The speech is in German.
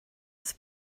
des